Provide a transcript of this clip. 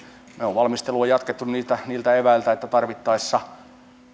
valmistelua jatkettu niillä eväillä että tarvittaessa